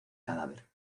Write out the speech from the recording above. cadáver